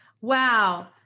Wow